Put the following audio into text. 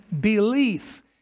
belief